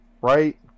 right